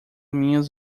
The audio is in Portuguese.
minhas